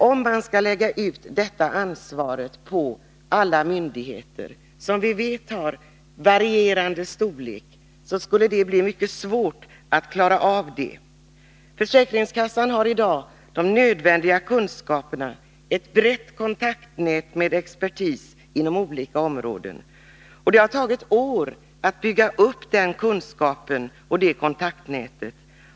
Om man skall lägga ut detta ansvar på alla myndigheter — som vi vet har varierande storlek — skulle det bli mycket svårt för dessa att klara av sina uppgifter. Försäkringskassan har i dag de nödvändiga kunskaperna, ett brett kontaktnät med expertis inom olika områden, och det har tagit år att bygga upp den kunskapen och det kontaktnätet.